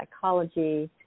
psychology